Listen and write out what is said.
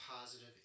positive